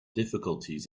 difficulties